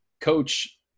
Coach